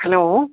hello